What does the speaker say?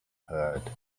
heard